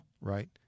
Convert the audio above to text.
right